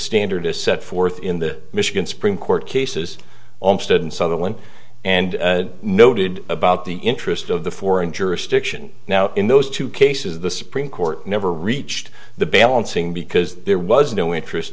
standard as set forth in the michigan supreme court cases almost in sutherland and noted about the interest of the foreign jurisdiction now in those two cases the supreme court never reached the balancing because there was no interest